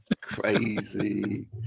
Crazy